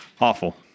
Awful